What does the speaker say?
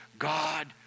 God